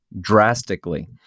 drastically